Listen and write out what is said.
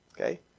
Okay